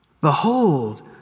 behold